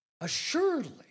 Assuredly